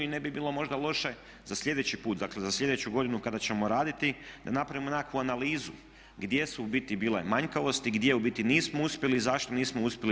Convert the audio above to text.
I ne bi bilo možda loše za sljedeći put, dakle za sljedeću godinu kada ćemo raditi da napravimo nekakvu analizu gdje su u biti bile manjkavosti, gdje u biti nismo uspjeli i zašto nismo uspjeli.